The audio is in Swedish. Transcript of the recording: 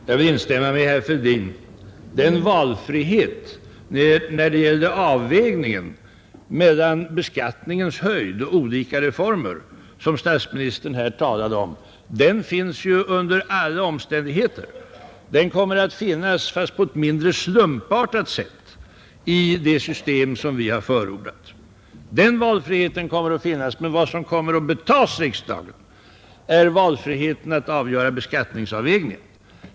Jag vill instämma med herr Fälldin. Den valfrihet när det gäller avvägningen mellan beskattningens höjd och olika reformer vilken statsministern här talade om finns ju under alla omständigheter. Den kommer att finnas, fast på ett mindre slumpartat sätt, i det system som vi har förordat. Vad som däremot kommer att betagas riksdagen är valfriheten att avväga en rättvis beskattning.